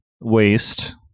waste